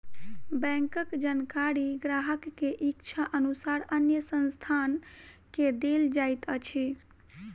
बैंकक जानकारी ग्राहक के इच्छा अनुसार अन्य संस्थान के देल जाइत अछि